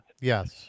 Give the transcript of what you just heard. Yes